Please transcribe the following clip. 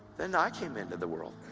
then i came into the world.